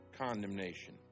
condemnation